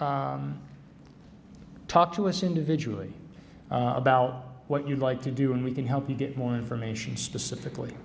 talk to us individually about what you'd like to do and we can help you get more information specifically